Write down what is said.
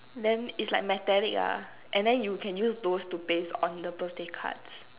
then is like metallic ah and then you can use those to paste on the birthday cards